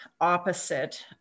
opposite